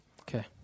okay